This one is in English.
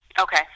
Okay